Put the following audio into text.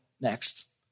next